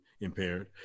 impaired